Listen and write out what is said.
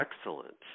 Excellent